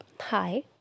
hi